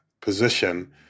position